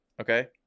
Okay